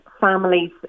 families